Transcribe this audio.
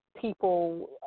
people